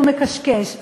הוא מקשקש.